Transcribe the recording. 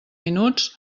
minuts